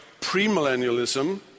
premillennialism